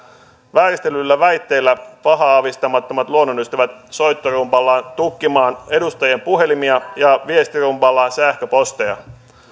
vääristellyillä väitteillä pahaa aavistamattomat luonnonystävät soittorumballaan tukkimaan edustajien puhelimia ja viestirumballaan sähköposteja